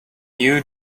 you